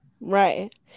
right